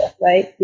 right